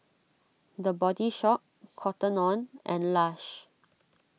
the Body Shop Cotton on and Lush